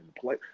play